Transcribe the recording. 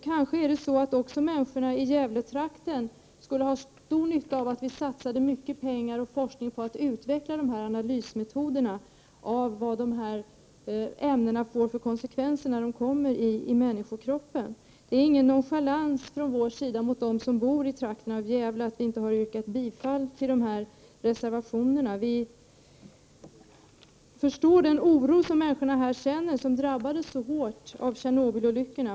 Kanske är det också så, att människorna i Gävletrakten skulle ha stor nytta av att vi satsade mycket pengar och forskning på en utveckling av analysmetoderna, så att vi får veta vad ämnena medför när de kommer in i människokroppen. Att vi inte har yrkat bifall till de här reservationerna innebär inte någon nonchalans mot de människor som bor i trakterna kring Gävle. Vi förstår den oro som människorna i dessa trakter känner efter att ha drabbats så hårt av Tjernobyl-olyckan.